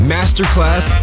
Masterclass